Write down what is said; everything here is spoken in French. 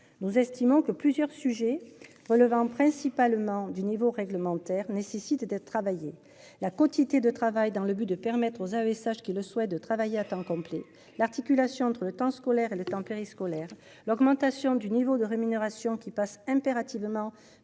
nos estimant que plusieurs sujets relevant principalement du niveau réglementaire nécessite d'être travailler la quantité de travail dans le but de permettre aux AESH qui le souhait de travailler à temps complet, l'articulation entre le temps scolaire et le temps périscolaire. L'augmentation du niveau de rémunération qui passe impérativement